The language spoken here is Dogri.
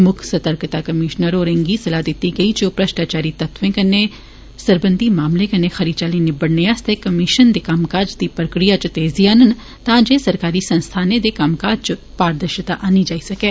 मुक्ख सतर्कता कमीशनर होरें गी सलाह दित्ती गेई जे ओह् भ्रष्टाचारी तत्वें कन्नै सरबंधी मामलें गी चंगी चाल्ली निब्बड़ने आस्तै कमीशन दे कम्मकााज दी प्रक्रिया च तेजी आनन तां जे सरकारी संस्थानें दे कम्मकाज च पारदर्शिता आई सकै